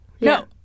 No